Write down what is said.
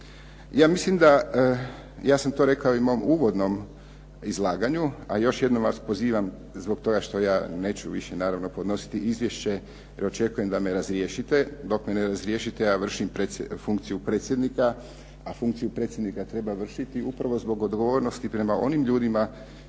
Ja mislim da, ja sam to rekao i u mom uvodnom izlaganju, a još jednom vas pozivam zbog toga što ja neću više naravno podnositi izvješće jer očekujem da me razriješite, dok me ne razriješite ja vršim funkciju predsjednika, a funkciju treba vršiti upravo zbog odgovornosti prema onim ljudima